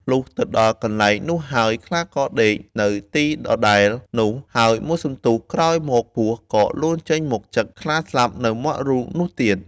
លុះទៅដល់កន្លែងនោះហើយ ខ្លាក៏ដេកនៅទីដដែលនោះ ហើយមួយសន្ទុះក្រោយមកពស់ ក៏លូនចេញមកចឹកខ្លាស្លាប់នៅមាត់រូងនោះទៀត។